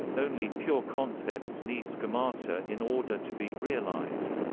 only pure concepts need schemata in order to be realized.